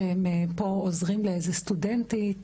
שפה הם עוזרים לאיזו סטודנטית,